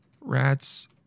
Rats